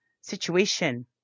situation